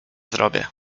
zrobię